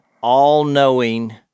all-knowing